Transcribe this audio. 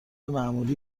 معمولی